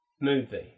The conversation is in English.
movie